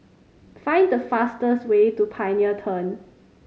find the fastest way to Pioneer Turn